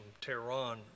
Tehran